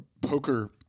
poker